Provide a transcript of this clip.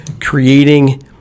creating